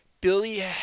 Billy